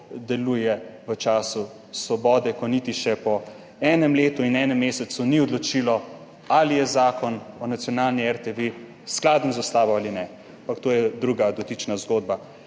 deluje v času Svobode, ko še niti po enem letu in enem mesecu ni odločilo, ali je zakon o nacionalni RTV skladen z ustavo ali ne, ampak to je druga, dotična zgodba.